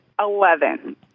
Eleven